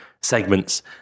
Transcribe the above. segments